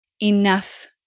Enough